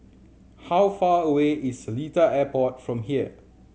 how far away is Seletar Airport from here